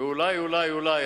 ואולי אולי אולי,